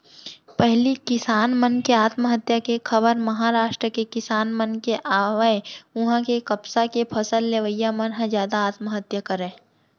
पहिली किसान मन के आत्महत्या के खबर महारास्ट के किसान मन के आवय उहां के कपसा के फसल लेवइया मन ह जादा आत्महत्या करय